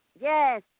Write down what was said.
Yes